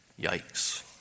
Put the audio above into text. Yikes